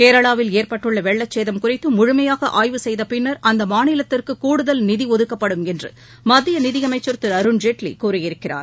கேரளாவில் ஏற்பட்டுள்ள வெள்ளச் சேதம் குறித்து முழுமையாக ஆய்வு செய்த பின்னர் அம்மாநிலத்திற்கு கூடுதல் நிதி ஒதுக்கப்படும் என்று மத்திய நிதியமைச்சர் திரு அருண் ஜேட்லி கூறியிருக்கிறார்